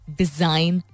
design